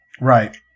Right